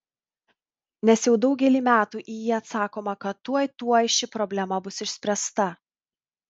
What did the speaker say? nes jau daugelį metų į jį atsakoma kad tuoj tuoj ši problema bus išspręsta